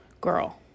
girl